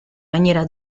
maniera